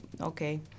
okay